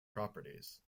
properties